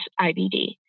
IBD